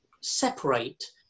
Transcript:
separate